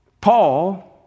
Paul